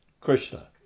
Krishna